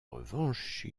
revanche